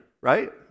right